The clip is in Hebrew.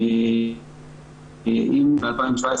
אם ב-2017,